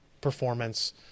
performance